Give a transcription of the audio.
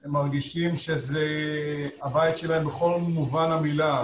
הם מרגישים שזה הבית שלהם בכל מובן המילה.